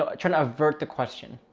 ah trying to avert the question.